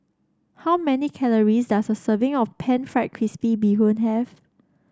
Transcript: how many calories does a serving of pan fried crispy Bee Hoon have